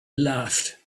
laughed